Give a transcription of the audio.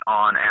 on